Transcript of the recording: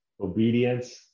obedience